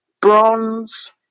bronze